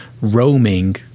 roaming